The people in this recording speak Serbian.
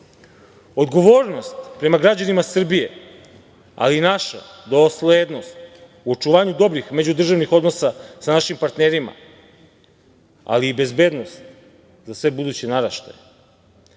Odgovornost prema građanima Srbije, ali i naša doslednost u očuvanju dobrim međudržavnih odnosa sa našim partnerima, ali i bezbednost za sve buduće naraštaje.